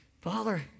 Father